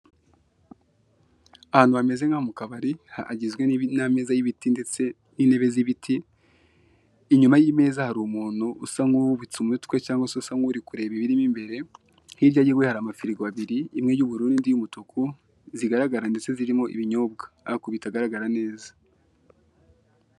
Ahantu hameze nko mu kabari hagizwe n'ameza y'ibiti ndetse n'intebe z'ibiti, inyuma y'imeza hari umuntu usa nk'uwubitse umutwe cyangwa se usa nkuri kureba ibirimo imbere, hirya yiwe hari amafirigo abiri imwe y'ubururu n'indi y'umutuku zigaragara ndetse zirimo ibinyobwa ariko bitagaragara neza.